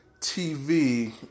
TV